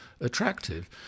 attractive